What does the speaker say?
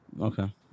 Okay